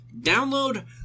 download